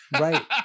Right